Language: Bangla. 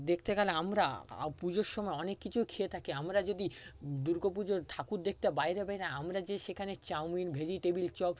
দেখতে গেলে আমরা পুজোর সময় অনেক কিছু খেয়ে থাকি আমরা যদি দুর্গোপুজোর ঠাকুর দেখতে বাইরে বের হই আমরা গিয়ে সেখানে চাউমিন ভেজিটেবিল চপ